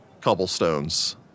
cobblestones